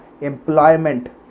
employment